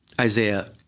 Isaiah